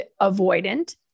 avoidant